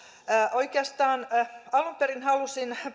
oikeastaan alun perin halusin